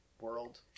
world